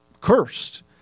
cursed